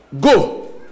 Go